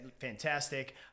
fantastic